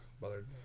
bothered